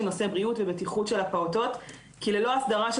נושא הבריאות ובטיחות של הפעוטות כי ללא הסדרה של